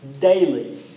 daily